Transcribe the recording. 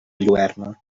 lluerna